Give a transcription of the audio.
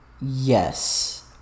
Yes